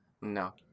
No